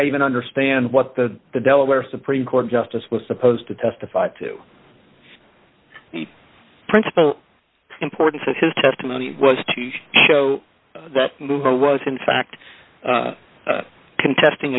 i even understand what the the delaware supreme court justice was supposed to testify to the principal importance of his testimony was to show that mover was in fact contesting